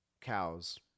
Cows